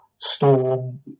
storm